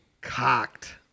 Cocked